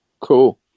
cool